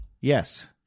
Yes